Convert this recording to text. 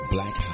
Black